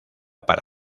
para